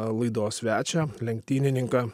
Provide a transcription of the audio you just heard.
laidos svečią lenktynininką